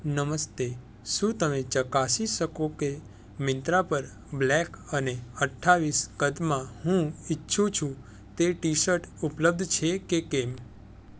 નમસ્તે શું તમે ચકાસી શકો કે મિન્ત્રા પર બ્લેક અને અઠ્ઠાવીસ કદમાં હું ઇચ્છું છું તે ટી શર્ટ ઉપલબ્ધ છે કે કેમ